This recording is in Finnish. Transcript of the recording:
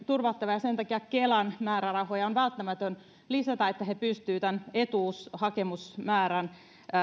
turvattava ja sen takia kelan määrärahoja on välttämätöntä lisätä jotta he pystyvät tämän etuushakemusmäärän